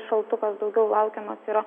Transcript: šaltukas daugiau laukiamas yra